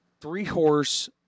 three-horse